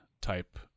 type